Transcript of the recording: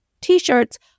t-shirts